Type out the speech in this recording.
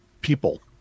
people